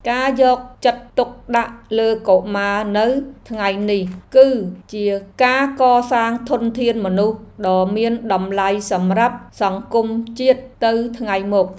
ការយកចិត្តទុកដាក់លើកុមារនៅថ្ងៃនេះ គឺជាការកសាងធនធានមនុស្សដ៏មានតម្លៃសម្រាប់សង្គមជាតិទៅថ្ងៃមុខ។